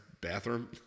bathroom